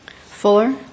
Fuller